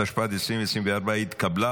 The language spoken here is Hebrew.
התשפ"ד 2024, נתקבל.